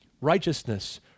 righteousness